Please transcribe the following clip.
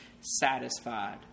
satisfied